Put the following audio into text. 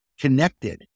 connected